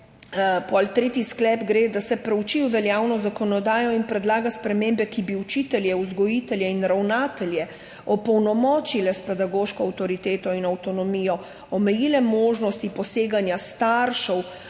Tretji sklep gre: da se preuči veljavno zakonodajo in predlaga spremembe, ki bi učitelje, vzgojitelje in ravnatelje opolnomočile s pedagoško avtoriteto in avtonomijo, omejile možnosti poseganja staršev